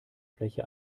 fläche